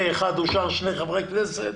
פה אחד אושר, שני חברי כנסת.